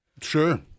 Sure